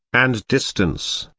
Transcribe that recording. and distance,